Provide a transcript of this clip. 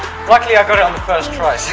luckily i got it on the first try! so